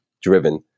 driven